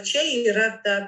čia yra ta